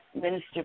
Minister